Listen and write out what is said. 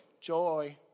Joy